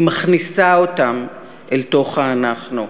היא מכניסה אותם אל תוך ה"אנחנו",